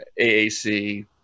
AAC